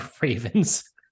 ravens